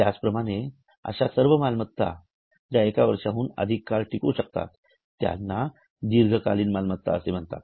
त्याचप्रमाणे अशा सर्व मालमत्ता ज्या एका वर्षाहून अधिक काळ टिकू शकतात त्यांना दीर्घकालीन मालमत्ता असे म्हणतात